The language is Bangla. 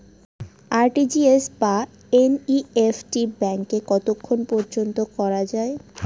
আর.টি.জি.এস বা এন.ই.এফ.টি ব্যাংকে কতক্ষণ পর্যন্ত করা যায়?